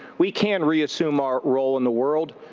we can re-assume our role in the world.